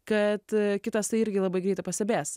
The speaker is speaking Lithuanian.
kad kitas tai irgi labai greitai pastebės